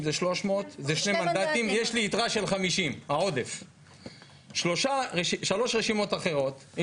יש לי שני מנדטים ויתרה של 50. שלוש רשימות אחרות,